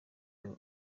iyo